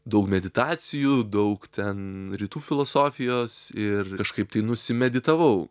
daug meditacijų daug ten rytų filosofijos ir kažkaip tai nusimeditavau